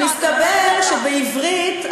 מסתבר שבעברית,